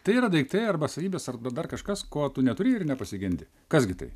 tai yra daiktai arba savybės arba dar kažkas ko tu neturi ir nepasigendi kas gi tai